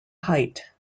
height